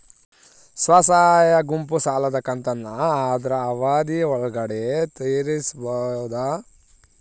ಸ್ವಸಹಾಯ ಗುಂಪು ಸಾಲದ ಕಂತನ್ನ ಆದ್ರ ಅವಧಿ ಒಳ್ಗಡೆ ತೇರಿಸಬೋದ?